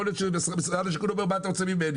יכול להיות שמשרד השיכון אומר 'מה אתה רוצה ממני'